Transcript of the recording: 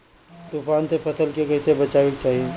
तुफान से फसल के कइसे बचावे के चाहीं?